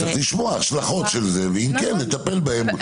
צריך לשמוע על ההשלכות של זה, ואם כן, נטפל בהן.